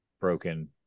broken